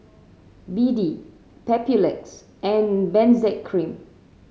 B D Papulex and Benzac Cream